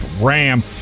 Ram